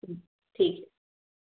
ठीक है